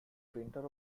painter